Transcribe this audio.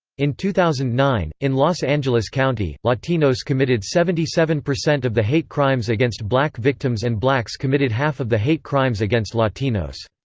in two thousand and nine, in los angeles county, latinos committed seventy seven percent of the hate crimes against black victims and blacks committed half of the hate crimes against latinos.